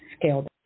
scaled